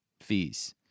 fees